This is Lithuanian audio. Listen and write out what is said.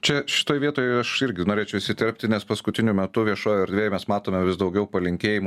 čia šitoj vietoj aš irgi norėčiau įsiterpti nes paskutiniu metu viešojoj erdvėj mes matome vis daugiau palinkėjimų